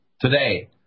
today